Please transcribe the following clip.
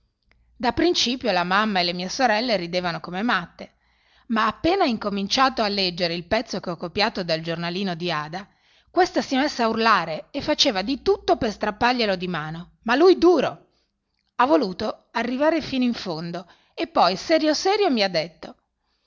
da principio la mamma e le mie sorelle ridevano come matte ma appena ha incominciato a leggere il pezzo che ho copiato dal giornalino di ada questa si è messa a urlare e faceva di tutto per strapparglielo di mano ma lui duro ha voluto arrivai fino in fondo e poi serio serio mi ha detto